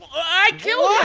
i killed